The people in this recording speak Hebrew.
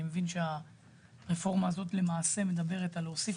אני מבין שהרפורמה הזאת למעשה מדברת על להוסיף